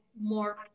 more